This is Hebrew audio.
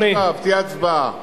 אם תהיה עכשיו הצבעה,